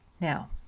Now